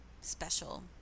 special